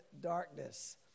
darkness